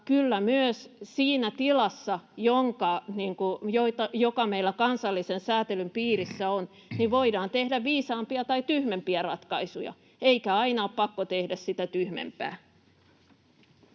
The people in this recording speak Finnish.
myös siinä tilassa, joka meillä kansallisen sääntelyn piirissä on, voidaan tehdä viisaampia tai tyhmempiä ratkaisuja, eikä aina ole pakko tehdä sitä tyhmempää.